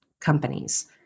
companies